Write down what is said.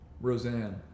Roseanne